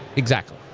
exactly.